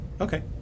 Okay